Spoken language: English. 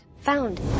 found